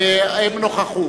הם היו נוכחים.